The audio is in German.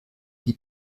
die